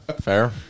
Fair